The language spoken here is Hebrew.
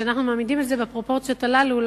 כשאנחנו מעמידים את זה בפרופורציות הללו,